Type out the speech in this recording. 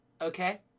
okay